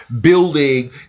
building